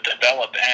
develop